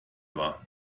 war